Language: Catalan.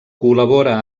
col·labora